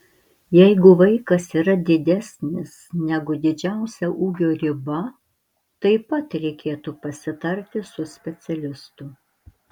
jeigu vaikas yra didesnis negu didžiausia ūgio riba taip pat reikėtų pasitarti su specialistu